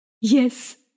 Yes